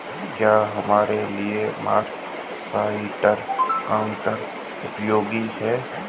क्या हमारे लिए मर्सराइज्ड कॉटन उपयोगी है?